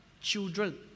children